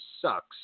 sucks